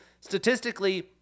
statistically